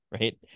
right